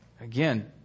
again